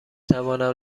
توانم